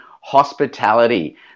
hospitality